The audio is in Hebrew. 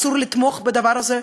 אסור לתמוך בדבר הזה,